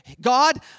God